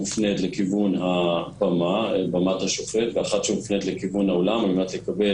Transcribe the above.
ממה שהבנו בפרקטיקה, מה שקורה